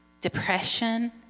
depression